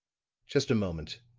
just a moment,